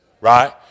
right